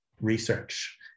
research